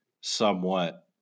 somewhat